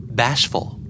bashful